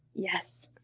yes.